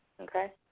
Okay